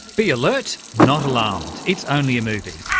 be alert, not alarmed, it's only a movie.